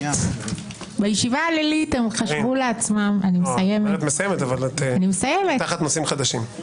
שבה הם חשבו לעצמם- -- את תחת נושאים חדשים.